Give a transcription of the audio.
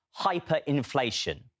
hyperinflation